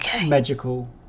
magical